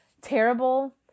terrible